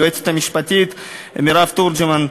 היועצת המשפטית מירב תורג'מן,